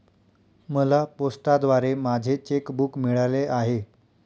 मला पोस्टाद्वारे माझे चेक बूक मिळाले आहे